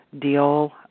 deal